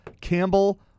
campbell